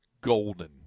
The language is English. golden